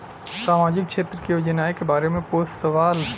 सामाजिक क्षेत्र की योजनाए के बारे में पूछ सवाल?